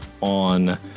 on